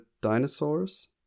dinosaurs